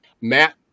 Matt